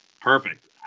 perfect